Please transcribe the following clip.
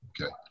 Okay